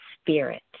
spirit